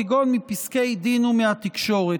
כגון מפסקי דין או מהתקשורת.